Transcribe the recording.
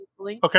okay